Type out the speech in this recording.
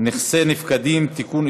נכסי נפקדים (תיקון,